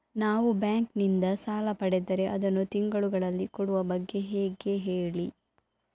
ನಾವು ಬ್ಯಾಂಕ್ ನಿಂದ ಸಾಲ ಪಡೆದರೆ ಅದನ್ನು ತಿಂಗಳುಗಳಲ್ಲಿ ಕೊಡುವ ಬಗ್ಗೆ ಹೇಗೆ ಹೇಳಿ